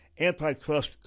Antitrust